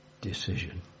decision